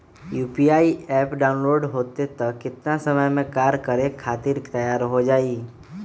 UPI app download होई त कितना समय मे कार्य करे खातीर तैयार हो जाई?